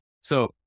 So-